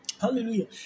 Hallelujah